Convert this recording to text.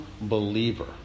believer